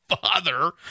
father